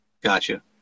Gotcha